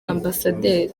amb